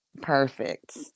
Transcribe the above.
Perfect